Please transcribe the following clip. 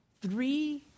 three